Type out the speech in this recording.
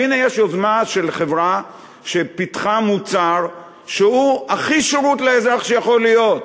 והנה יש יוזמה של חברה שפיתחה מוצר שהוא הכי שירות לאזרח שיכול להיות,